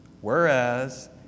whereas